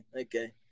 okay